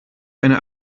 eine